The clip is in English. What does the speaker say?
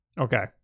Okay